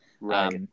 right